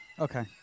Okay